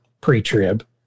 pre-trib